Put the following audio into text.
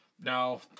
now